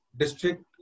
district